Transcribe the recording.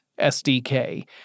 SDK